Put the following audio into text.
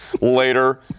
Later